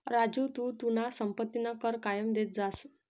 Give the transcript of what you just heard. राजू तू तुना संपत्तीना कर कायम देत जाय